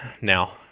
now